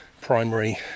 primary